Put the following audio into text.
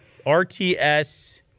RTS